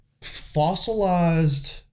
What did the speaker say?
fossilized